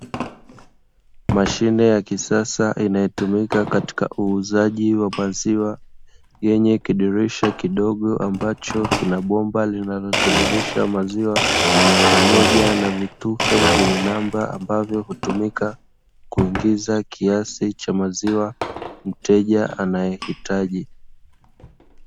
Mashine ya kisasa inayotumika katika uuzaji wa maziwa, yenye kidirisha kidogo ambacho kina bomba linalotiririsha maziwa, pamoja na vitufe vyenye namba ambavyo hutumika kuingiza kiasi cha maziwa, mteja anayehitaji.